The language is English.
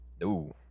No